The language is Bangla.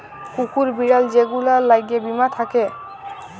কুকুর, বিড়াল যে গুলার ল্যাগে বীমা থ্যাকে